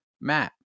Matt